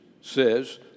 says